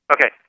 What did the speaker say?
Okay